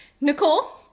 Nicole